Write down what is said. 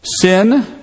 Sin